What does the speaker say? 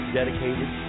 dedicated